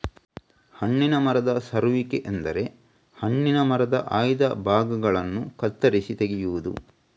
ಹಣ್ಣಿನ ಮರದ ಸರುವಿಕೆ ಎಂದರೆ ಹಣ್ಣಿನ ಮರದ ಆಯ್ದ ಭಾಗಗಳನ್ನ ಕತ್ತರಿಸಿ ತೆಗೆಯುದು